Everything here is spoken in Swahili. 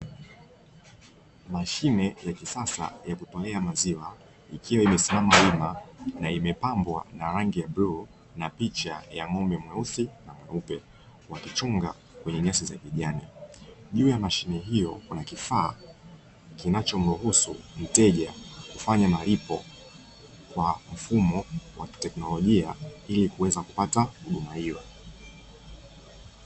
Mashine ya kisasa ya kutolea maziwa, ikiwa imesimama wima na imepambwa na rangi ya bluu na picha ya ng'ombe mweusi na mweupe, wakichunga kwenye nyasi za kijani. Juu ya mashine hiyo kuna kifaa kinachomruhusu mteja kufanya malipo kwa mfumo wa kiteknolojia ili kuweza kupata huduma hiyo.